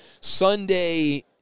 Sunday